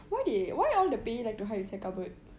why they why all the பேய்:pey like to hide inside the cupboard